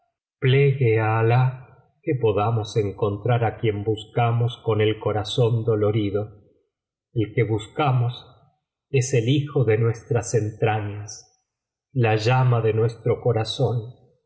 generalitat valenciana historia de ghanem y fetnah el corazón dolorido el que buscamos es el hijo de nuestras entrañas la llama de nuestro corazón